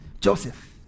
Joseph